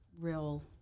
real